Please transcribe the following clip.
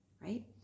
right